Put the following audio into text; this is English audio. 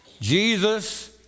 Jesus